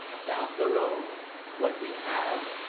down the road when we have